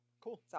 cool